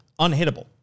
unhittable